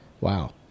Wow